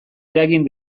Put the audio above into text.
eragin